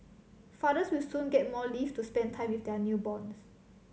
fathers will soon get more leave to spend time with their newborns